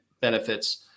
benefits